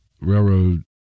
railroad